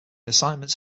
assignments